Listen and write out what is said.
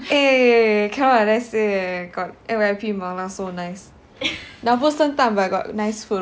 eh cannot like that say got N_Y_P 麻辣 so nice 鸟不生蛋 but got nice food